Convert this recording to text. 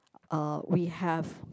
uh we have